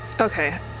Okay